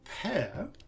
pair